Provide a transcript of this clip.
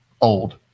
old